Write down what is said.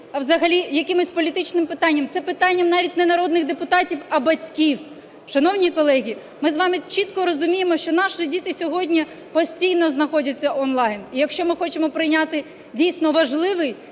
взагалі якимось політичним, це питання навіть не народних депутатів, а батьків. Шановні колеги, ми з вами чітко розуміємо, що наші діти сьогодні постійно знаходяться онлайн. І якщо ми хочемо прийняти дійсно важливий